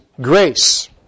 grace